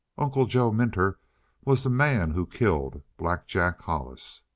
uncle joe minter was the man who killed black jack hollis.